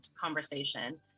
conversation